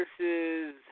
Versus